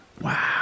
Wow